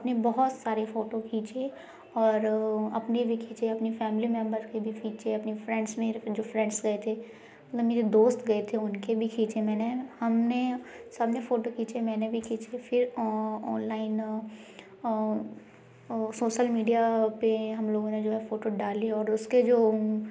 अपने बहुत सारे फोटो खींचे और अपने भी खींचे अपनी फैमली मेम्बर के भी खींचे अपनी फ्रेंड्स में जो फ्रेंड्स गए थे मेरे दोस्त गए थे उनके भी खींचे मैंने हमने सबने फोटो खींचे मैंने भी खींचे फिर ऑनलाइन वो सोशल मीडिया पे हम लोगों ने जो है डाले और उसके जो